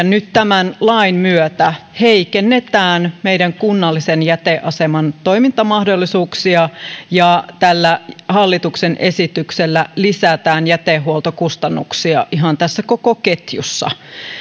nyt tämän lain myötä heikennetään meidän kunnallisen jäteaseman toimintamahdollisuuksia ja tällä hallituksen esityksellä lisätään jätehuoltokustannuksia ihan tässä koko ketjussa